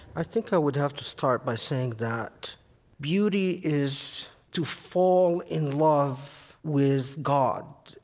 i think i would have to start by saying that beauty is to fall in love with god,